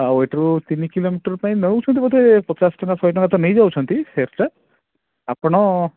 ଆଉ ଏଠୁ ତିନି କିଲୋମିଟର୍ ପାଇଁ ନେଉଛନ୍ତି ବୋଧେ ପଚାଶଟଙ୍କା ଶହେଟଙ୍କା ତ ନେଇଯାଉଛନ୍ତି ଫେୟାର୍ ଟା ଆପଣ